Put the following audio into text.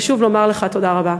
ושוב, לומר לך תודה רבה.